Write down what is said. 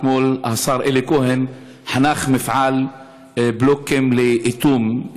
אתמול השר אלי כהן חנך מפעל בלוקים לאיטום,